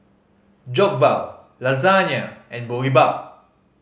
Jokbal Lasagna and Boribap